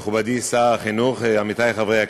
מכובדי שר החינוך, עמיתי חברי הכנסת,